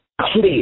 clear